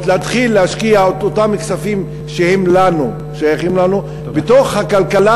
להתחיל להשקיע את אותם כספים ששייכים לנו בתוך הכלכלה